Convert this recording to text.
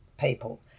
people